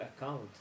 account